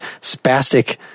spastic